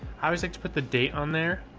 i always like to put the date on there.